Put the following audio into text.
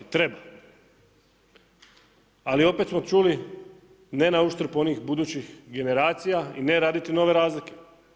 Treba, ali opet smo čuli ne na uštrb onih budućih generacija i ne raditi nove razlike.